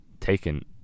taken